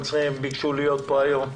הם ביקשו להיות כאן היום.